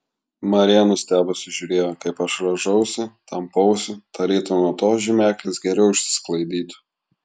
marija nustebusi žiūrėjo kaip aš rąžausi tampausi tarytum nuo to žymeklis geriau išsisklaidytų